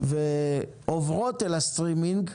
ועוברות אל הסטרימינג,